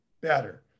better